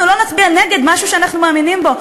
אנחנו לא נצביע נגד משהו שאנחנו מאמינים בו.